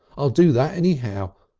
i'll do that anyhow.